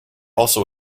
also